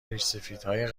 ریشسفیدهای